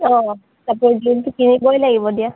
অ কাপোৰযোৰটো কিনিবই লাগিব দিয়া